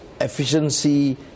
efficiency